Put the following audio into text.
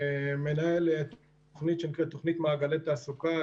אני מנהל תוכנית שנקראת תוכנית מעגלי תעסוקה,